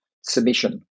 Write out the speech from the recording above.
submission